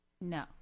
No